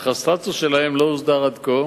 אך הסטטוס שלהם לא הוסדר עד כה,